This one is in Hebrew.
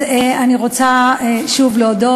אני רוצה שוב להודות.